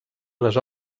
les